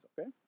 Okay